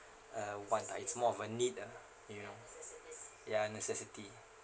uh want ah it's more of a need ah you know ya necessity